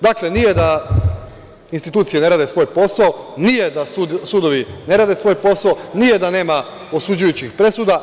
Dakle, nije da institucije ne rade svoj posao, nije da sudovi ne rade svoj posao, nije da nema osuđujućih presuda.